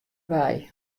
wei